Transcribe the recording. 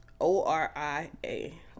O-R-I-A